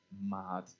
mad